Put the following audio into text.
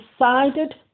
decided